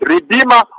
Redeemer